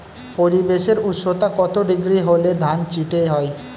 পরিবেশের উষ্ণতা কত ডিগ্রি হলে ধান চিটে হয়?